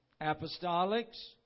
Apostolics